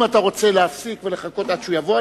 אם אתה רוצה להפסיק ולחכות עד שהוא יבוא,